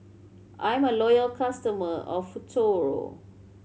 I'm a loyal customer of Futuro